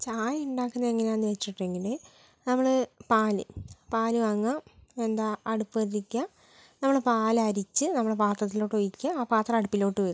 ചായ ഉണ്ടാക്കുന്നത് എങ്ങനെയാന്ന് വെച്ചിട്ടുണ്ടെങ്കിൽ നമ്മൾ പാൽ പാൽ വാങ്ങുക എന്താ അടുപ്പ് കത്തിക്കുക നമ്മൾ പാലരിച്ച് നമ്മൾ പത്രത്തിലോട്ട് ഒഴിക്കുക ആ പത്രം അടുപ്പിലോട്ട് വെക്കുക